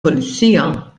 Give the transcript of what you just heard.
pulizija